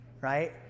Right